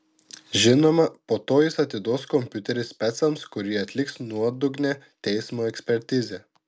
žinoma po to jis atiduos kompiuterį specams kurie atliks nuodugnią teismo ekspertizę